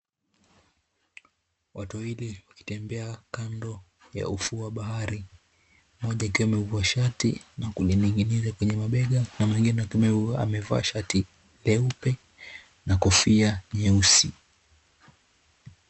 Watu wawili wakitembea kando ya ufuo wa bahari , mmoja akiwa amevua shati na kulining'niza kwenye mabega na mwengine hatumai amevaa shati leupe na kofia nyeusi .